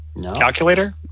Calculator